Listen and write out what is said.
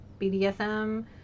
BDSM